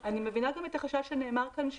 אני מבינה את החשש שנאמר כאן,